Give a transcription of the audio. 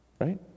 Right